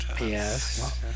Yes